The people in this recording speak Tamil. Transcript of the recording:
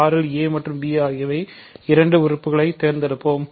R இல் a மற்றும் b ஆகிய இரண்டு உறுப்புகளைத் தேர்ந்தெடுப்போம்